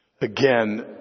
Again